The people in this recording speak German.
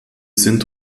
sind